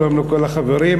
שלום לכל החברים,